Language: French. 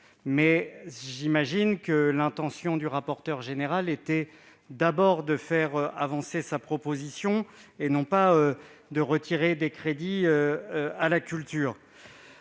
j'imagine que l'intention du rapporteur spécial était d'abord de faire avancer sa proposition, et non de retirer des crédits à cette